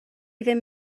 ddim